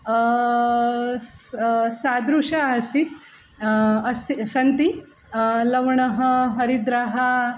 सः सादृशः आसीत् अस्ति सन्ति लवणं हरिद्रा